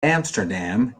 amsterdam